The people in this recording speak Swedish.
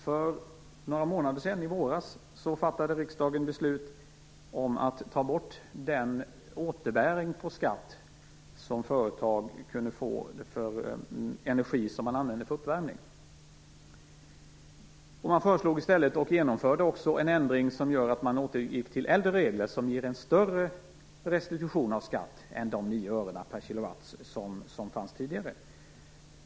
För några månader sedan, i våras, fattade riksdagen beslut om att ta bort den återbäring på skatt som företag kunde få för energi som man använde för uppvärmning. Man föreslog i stället, och genomförde också, en ändring som innebar att man återgick till äldre regler som ger en större restitution av skatt än de 9 öre per kilowatt som fanns tidigare.